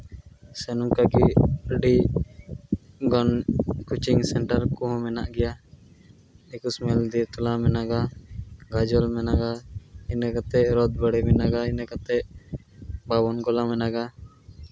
ᱥᱮ ᱱᱚᱝᱠᱟ ᱜᱮ ᱟᱹᱰᱤ ᱜᱟᱱ ᱠᱳᱪᱤᱝ ᱥᱮᱱᱴᱟᱨ ᱠᱚᱦᱚᱸ ᱢᱮᱱᱟᱜ ᱜᱮᱭᱟ ᱢᱮᱱᱟᱜᱼᱟ ᱜᱟᱡᱚᱞ ᱢᱮᱱᱟᱜᱼᱟ ᱤᱱᱟᱹ ᱠᱟᱛᱮᱫ ᱨᱚᱛᱷ ᱵᱟᱹᱲᱤ ᱢᱮᱱᱟᱜᱼᱟ ᱤᱱᱟᱹ ᱠᱟᱛᱮᱫ ᱵᱟᱵᱚᱱ ᱜᱳᱞᱟ ᱢᱮᱱᱟᱜᱼᱟ